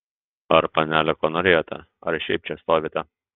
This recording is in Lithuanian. ar panelė ko norėjote ar šiaip čia stovite